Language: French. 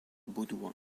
baudouin